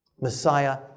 Messiah